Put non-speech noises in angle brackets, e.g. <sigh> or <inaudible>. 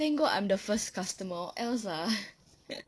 thank god I'm the first customer else ah <laughs>